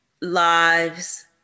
lives